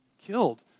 killed